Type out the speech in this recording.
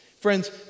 Friends